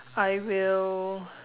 I will